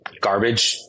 garbage